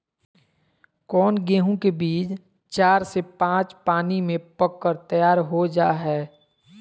कौन गेंहू के बीज चार से पाँच पानी में पक कर तैयार हो जा हाय?